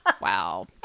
Wow